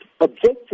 objectives